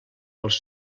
els